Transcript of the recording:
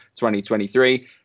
2023